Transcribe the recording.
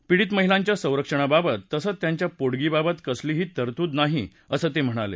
पीडित महिलांच्या संरक्षणाबाबत तसंच त्यांच्या पोटगीबाबत कसलीही तरतूद नाही असं ते म्हणाले